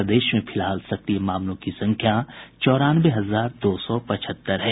प्रदेश में फिलहाल संक्रिय मामलों की संख्या चौरानवे हजार दो सौ पचहत्तर है